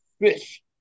fish